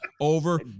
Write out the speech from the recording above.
over